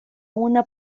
una